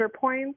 points